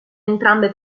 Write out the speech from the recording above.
entrambe